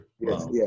Yes